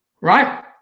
Right